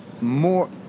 more